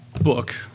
book